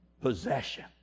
Possession